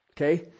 Okay